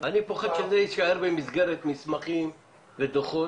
--- אני פוחד שזה יישאר במסגרת מסמכים ודוחות,